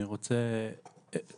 אני רוצה דבר-דבר.